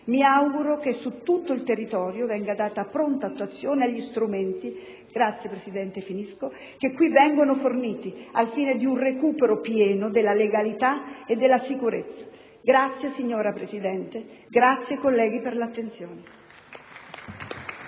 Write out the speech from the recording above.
Mi auguro che su tutto il territorio venga data pronta attuazione agli strumenti che qui vengono forniti al fine di un recupero pieno della legalità e della sicurezza. Vi ringrazio, signora Presidente e colleghi, per l'attenzione.